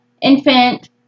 infant